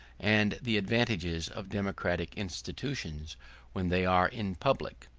and the advantages of democratic institutions when they are in public.